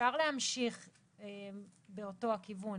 אפשר להמשיך באותו הכיוון,